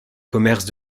commerce